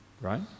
right